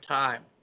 time